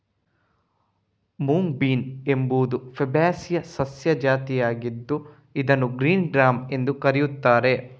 mung bean ಎಂಬುದು Fabaceae ಸಸ್ಯ ಜಾತಿಯಾಗಿದ್ದು ಇದನ್ನು ಗ್ರೀನ್ ಗ್ರ್ಯಾಮ್ ಎಂದೂ ಕರೆಯುತ್ತಾರೆ